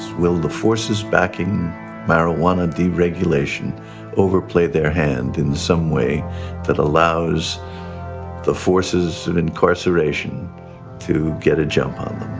will the forces backing marijuana deregulation overplay their hand in some way that allows the forces of incarceration to get a jump um